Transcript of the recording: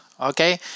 Okay